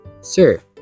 Sir